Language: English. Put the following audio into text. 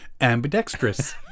ambidextrous